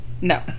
No